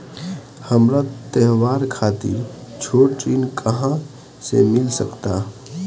हमरा त्योहार खातिर छोट ऋण कहाँ से मिल सकता?